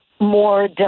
more